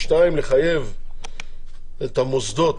ושתיים, לחייב את המוסדות